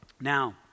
Now